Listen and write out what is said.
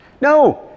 No